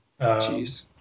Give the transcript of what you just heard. Jeez